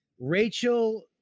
Rachel